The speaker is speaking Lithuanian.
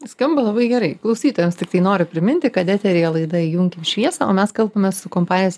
skamba labai gerai klausytojams tiktai noriu priminti kad eteryje laida įjunkim šviesą o mes kalbamės su kompanijos